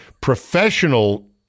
professional